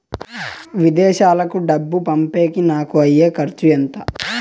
విదేశాలకు డబ్బులు పంపేకి నాకు అయ్యే ఖర్చు ఎంత?